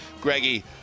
greggy